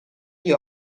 gli